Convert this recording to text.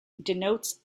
denotes